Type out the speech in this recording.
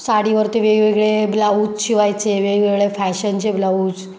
साडीवरती वेगवेगळे ब्लाउज शिवायचे वेगवेगळे फॅशनचे ब्लाऊज